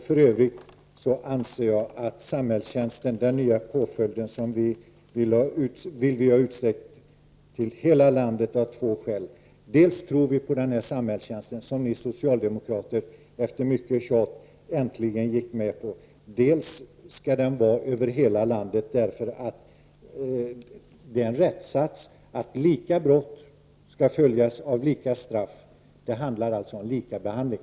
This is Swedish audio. För övrigt vill vi av två skäl ha den nya påföljden samhällstjänst utsträckt till hela landet. Dels tror vi på samhällstjänsten, som ni socialdemokrater efter mycket tjat äntligen gick med på, dels skall den gälla över hela landet därför att det är en rättssats att lika brott skall följas av lika straff. Det handlar alltså om lika behandling.